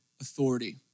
authority